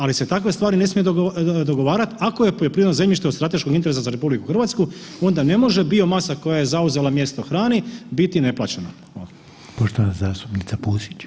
Ali se takve stvari ne smiju dogovarat ako je poljoprivredno zemljište od strateškog interesa za RH onda ne može biomasa koja je zauzela mjesto hrani biti neplaćena.